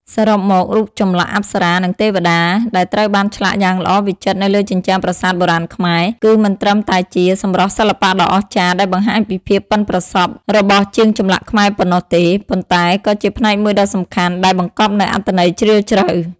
សរុបមក រូបចម្លាក់ អប្សរានិង ទេវតា ដែលត្រូវបានឆ្លាក់យ៉ាងល្អវិចិត្រនៅលើជញ្ជាំងប្រាសាទបុរាណខ្មែរ គឺមិនត្រឹមតែជា សម្រស់សិល្បៈដ៏អស្ចារ្យ ដែលបង្ហាញពីភាពប៉ិនប្រសប់របស់ជាងចម្លាក់ខ្មែរប៉ុណ្ណោះទេ ប៉ុន្តែក៏ជាផ្នែកមួយដ៏សំខាន់ ដែលបង្កប់នូវអត្ថន័យជ្រាលជ្រៅ។